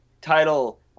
title